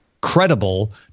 credible